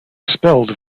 expelled